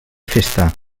festa